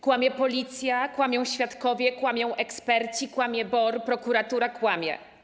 Kłamie Policja, kłamią świadkowie, kłamią eksperci, kłamie BOR, prokuratura kłamie.